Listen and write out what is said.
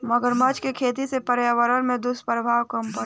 मगरमच्छ के खेती से पर्यावरण पर दुष्प्रभाव कम पड़ेला